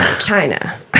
China